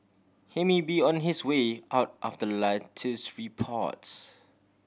he may be on his way out after latest reports